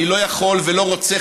אני לא יכול ולא רוצה,